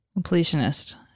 Completionist